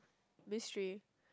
mystery